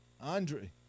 Andre